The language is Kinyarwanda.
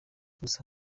gusa